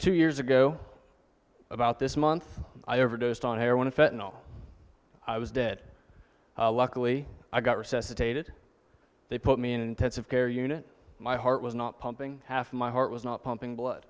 two years ago about this month i overdosed on heroin in fact no i was dead luckily i got recess updated they put me in intensive care unit my heart was not pumping half my heart was not pumping blood